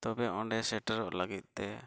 ᱛᱚᱵᱮ ᱚᱸᱰᱮ ᱥᱮᱴᱮᱨᱚᱜ ᱞᱟᱹᱜᱤᱫ ᱛᱮ